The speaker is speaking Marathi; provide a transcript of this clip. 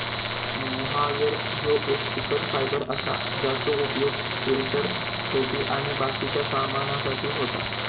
मोहायर ह्यो एक चिकट फायबर असा ज्याचो उपयोग स्वेटर, टोपी आणि बाकिच्या सामानासाठी होता